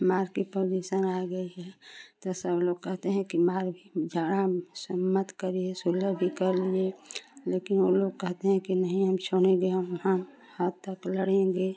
मार की पोजीसन आ गई है तो सब लोग कहते हैं कि मार भी झगड़ा मत करिए सुलह भी कर लीजिये लेकिन वो लोग कहते हैं कि नहीं हम छोड़ेंगे हम हम अंत तक लड़ेंगे